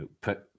put